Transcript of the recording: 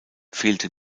fehlte